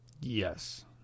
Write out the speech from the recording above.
yes